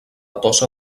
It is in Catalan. tossa